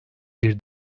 bir